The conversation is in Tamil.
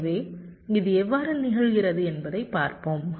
எனவே இது எவ்வாறு நிகழ்கிறது என்பதைப் பார்ப்போம்